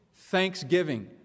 thanksgiving